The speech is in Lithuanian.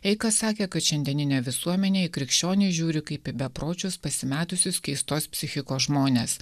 eika sakė kad šiandieninė visuomenė į krikščionį žiūri kaip į bepročius pasimetusius keistos psichikos žmones